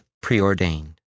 preordained